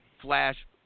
Flash